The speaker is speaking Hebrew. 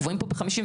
גבוהים פה ב-51%,